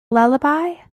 lullaby